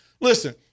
Listen